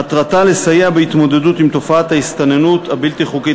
מטרתה לסייע בהתמודדות עם תופעת ההסתננות הבלתי חוקית